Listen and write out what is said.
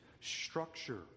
structure